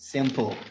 Simple